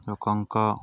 ଲୋକଙ୍କ